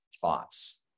thoughts